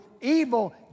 evil